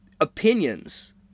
opinions